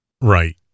Right